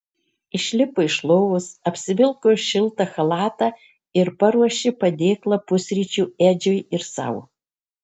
išlipo iš lovos apsivilko šiltą chalatą ir paruošė padėklą pusryčių edžiui ir sau